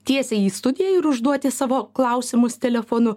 tiesiai į studiją ir užduoti savo klausimus telefonu